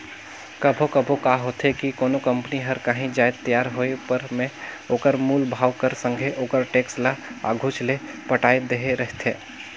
कभों कभों का होथे कि कोनो कंपनी हर कांही जाएत तियार होय पर में ओकर मूल भाव कर संघे ओकर टेक्स ल आघुच ले पटाए देहे रहथे